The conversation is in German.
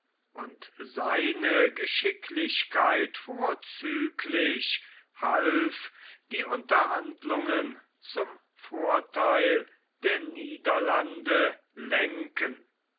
und seine geschicklichkeit vorzüglich half die unterhandlungen zum vortheil der niederlande lenken